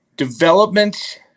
Development